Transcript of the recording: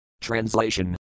TRANSLATION